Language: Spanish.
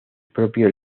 propios